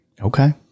okay